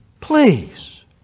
please